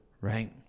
right